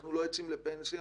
אנחנו לא יוצאים לפנסיה